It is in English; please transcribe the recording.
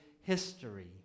history